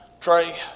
Trey